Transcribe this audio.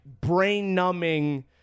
brain-numbing